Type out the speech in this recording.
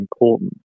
important